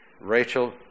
Rachel